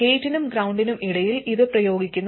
ഗേറ്റിനും ഗ്രൌണ്ടിനും ഇടയിൽ ഇത് പ്രയോഗിക്കുന്നു